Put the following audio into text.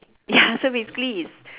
ya so basically is